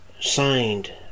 signed